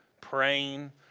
praying